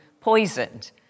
poisoned